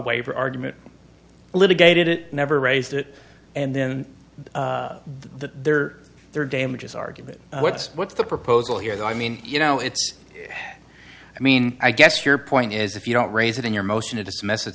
waiver argument litigated it never raised it and then the there their damages argument what's what's the proposal here is i mean you know it's i mean i guess your point is if you don't raise it in your motion to dismiss it